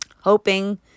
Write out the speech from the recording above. Hoping